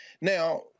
Now